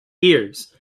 ears